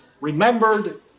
Remembered